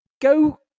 Go